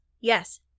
Yes